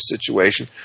situation